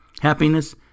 Happiness